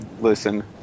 listen